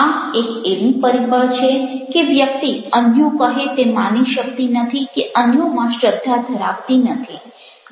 આ એક એવું પરિબળ છે કે વ્યક્તિ અન્યો કહે તે માની શકતી નથી કે અન્યોમાં શ્રદ્ધા ધરાવતી નથી